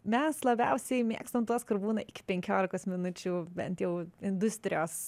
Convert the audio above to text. mes labiausiai mėgstam tuos kur būna iki penkiolikos minučių bent jau industrijos